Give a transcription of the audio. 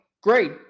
great